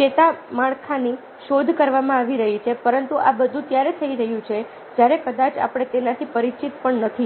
ચેતા માળખાની શોધ કરવામાં આવી રહી છે પરંતુ આ બધું ત્યારે થઈ રહ્યું છે જ્યારે કદાચ આપણે તેનાથી પરિચિત પણ નથી